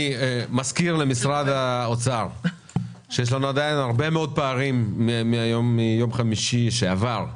אני מזכיר למשרד האוצר שיש לנו עדיין הרבה מאוד פערים מיום חמישי שעבר,